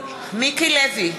מיקי לוי,